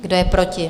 Kdo je proti?